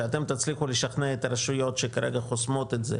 שאתם תצליחו לשכנע את הרשויות שכרגע חוסמות את זה,